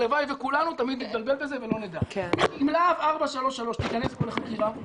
הלוואי וכולנו תמיד נתבלבל בזה ולא נדע תיכנס פה לחקירה,